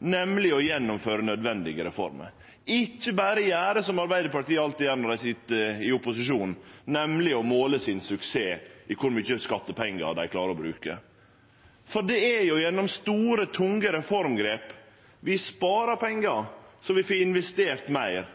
nemleg å gjennomføre nødvendige reformer, ikkje berre gjere som Arbeidarpartiet alltid gjer når dei sit i opposisjon, nemleg å måle suksess i kor mykje skattepengar dei klarer å bruke. Det er gjennom store, tunge reformgrep vi sparar pengar så vi får investert meir